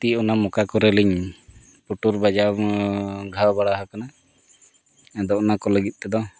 ᱛᱤ ᱚᱱᱟ ᱢᱚᱠᱟ ᱠᱚᱨᱮᱞᱤᱧ ᱯᱩᱴᱩᱨ ᱵᱟᱡᱟᱣ ᱢᱟ ᱜᱷᱟᱣ ᱵᱟᱲᱟ ᱟᱠᱟᱱᱟ ᱟᱫᱚ ᱚᱱᱟ ᱠᱚ ᱞᱟᱹᱜᱤᱫ ᱛᱮᱫᱚ